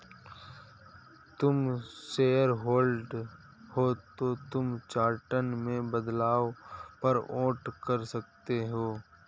तुम शेयरहोल्डर हो तो तुम चार्टर में बदलाव पर वोट कर सकते हो